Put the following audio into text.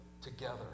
together